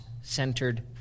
centered